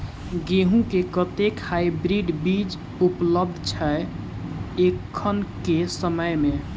गेंहूँ केँ कतेक हाइब्रिड बीज उपलब्ध छै एखन केँ समय मे?